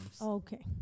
Okay